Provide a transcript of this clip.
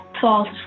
false